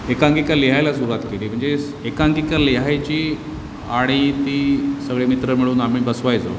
एकांकिका लिहायला सुरुवात केली म्हणजे एकांकिका लिहायची आणि ती सगळे मित्र मिळून आम्ही बसवायचो